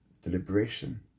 deliberation